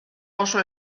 oso